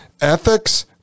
ethics